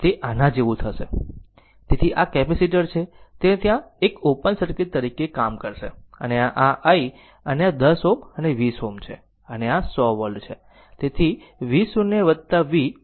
તેથી આ તે કેપેસીટર છે તે ત્યાં એક ઓપન સર્કિટ તરીકે કામ કરશે અને આ i અને આ 10 Ω અને 20 Ω સમાંતર છે અને આ 100 વોલ્ટ છે